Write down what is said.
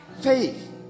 faith